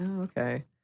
Okay